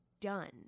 done